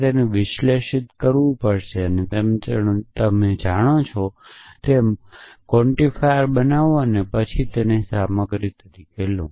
તમારે તેમને વિશ્લેષિત કરવું પડશે જેમાં તમે જાણો છો કે ક્વોન્ટિફાઇઝ બનાવો અને પછી તેમને સામગ્રી તરીકે લો